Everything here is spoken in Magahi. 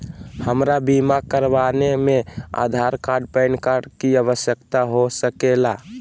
हमरा बीमा कराने में आधार कार्ड पैन कार्ड की आवश्यकता हो सके ला?